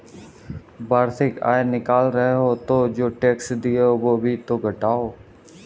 वार्षिक आय निकाल रहे हो तो जो टैक्स दिए हैं वो भी तो घटाओ